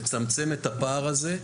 לצמצם את הפער הזה.